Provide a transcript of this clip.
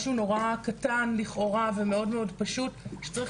זה משהו נורא קטן לכאורה ומאוד מאוד פשוט וצריך